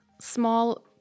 small